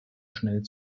schnell